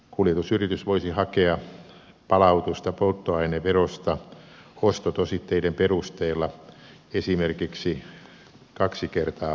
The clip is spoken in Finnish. kuljetusyritys voisi hakea palautusta polttoaineverosta ostotositteiden perusteella esimerkiksi kaksi kertaa vuodessa